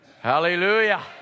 Hallelujah